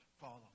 follow